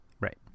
Right